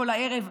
כל ערב,